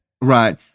Right